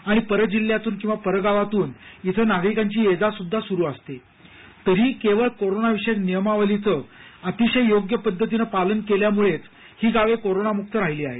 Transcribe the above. आणि परजिल्ह्यातून किंवा परगावातून इथं नागरिकांची ये जा सुद्धा सुरू असते तरीही केवळ कोरोनाविषयक नियमावलीच अतिशय योग्य पद्धतीनं पालन केल्यामुळेच ही गावे कोरोनामुक्त राहिली आहेत